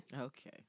Okay